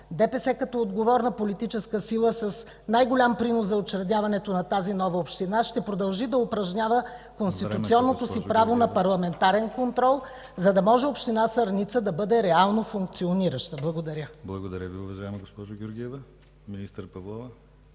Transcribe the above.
като отговорна политическа сила с най-голям принос за учредяването на тази нова община, ще продължи да упражнява конституционното си право на парламентарен контрол, за да може община Сърница да бъде реално функционираща. Благодаря. ПРЕДСЕДАТЕЛ ДИМИТЪР ГЛАВЧЕВ: Благодаря Ви, уважаема госпожо Георгиева. Министър Павлова?